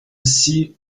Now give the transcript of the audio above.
see